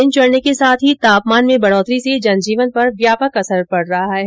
दिन चढने के साथ ही तापमान में बढोतरी से जनजीवन पर व्यापक असर पड़ रहा है